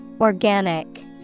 Organic